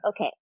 Okay